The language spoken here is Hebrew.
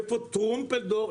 איפה טרומפלדור?